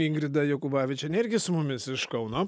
ingrida jokubavičienė irgi su mumis iš kauno